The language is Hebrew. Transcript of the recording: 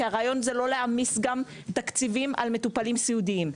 כי הרעיון הוא לא להעמיס תקציבים על מטופלים סיעודיים.